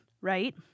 right